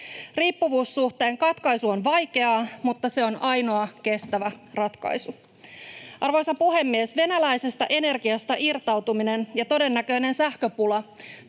Riippuvuussuhteen katkaisu on vaikeaa, mutta se on ainoa kestävä ratkaisu. Arvoisa puhemies! Venäläisestä energiasta irtautuminen ja todennäköinen sähköpula